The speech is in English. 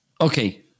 Okay